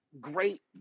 great